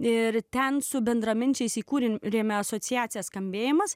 ir ten su bendraminčiais įkūrėme rėme asociacija skambėjimas